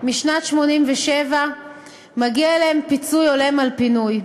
משנת 1987 פיצוי הולם על פינוי,